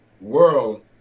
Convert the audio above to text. world